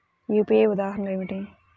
UPI ఉదాహరణ ఏమిటి?